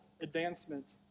advancement